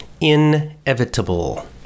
inevitable